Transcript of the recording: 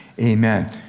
Amen